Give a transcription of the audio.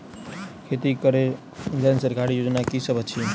खेती करै लेल सरकारी योजना की सब अछि?